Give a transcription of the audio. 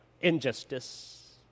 injustice